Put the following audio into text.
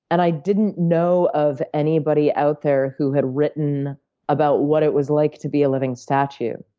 and i didn't know of anybody out there who had written about what it was like to be a living statue.